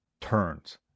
turns